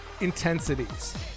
intensities